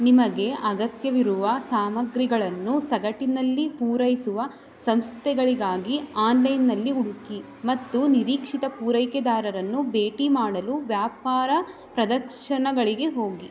ನಿಮಗೆ ಅಗತ್ಯವಿರುವ ಸಾಮಗ್ರಿಗಳನ್ನು ಸಗಟಿನಲ್ಲಿ ಪೂರೈಸುವ ಸಂಸ್ಥೆಗಳಿಗಾಗಿ ಆನ್ಲೈನ್ನಲ್ಲಿ ಹುಡುಕಿ ಮತ್ತು ನಿರೀಕ್ಷಿತ ಪೂರೈಕೆದಾರರನ್ನು ಭೇಟಿ ಮಾಡಲು ವ್ಯಾಪಾರ ಪ್ರದರ್ಶನಗಳಿಗೆ ಹೋಗಿ